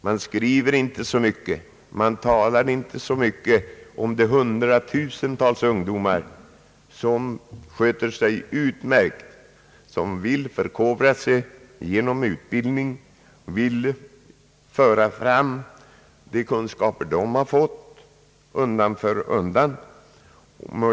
Man skriver och talar inte så mycket om de hundratusentals ungdomar som sköter sig utmärkt, som vill förkovra sig, genom utbildning, vill föra fram de kunskaper de fått undan för undan.